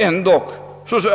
Ändå